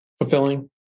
fulfilling